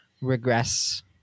regress